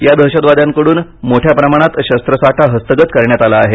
या दहशतवाद्यांकडून मोठ्या प्रमाणात शस्त्रसाठा हस्तगत करण्यात आला आहे